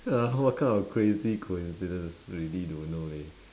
!huh! what kind of crazy coincidence really don't know leh